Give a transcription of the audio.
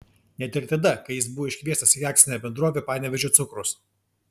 net ir tada kai jis buvo iškviestas į akcinę bendrovę panevėžio cukrus